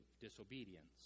disobedience